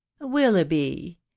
willoughby